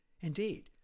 Indeed